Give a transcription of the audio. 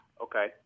Okay